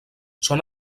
són